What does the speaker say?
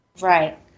Right